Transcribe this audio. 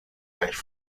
gleich